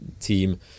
team